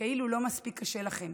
כאילו לא מספיק קשה לכם.